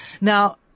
Now